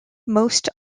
most